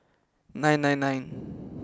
nine nine nine